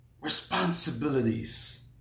responsibilities